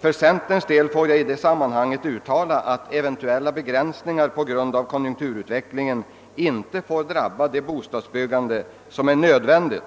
För centerns del vill jag i detta sammanhang uttala att eventuella begränsningar på grund av konjunkturutvecklingen inte får drabba det bostadsbyggande som är en förutsättning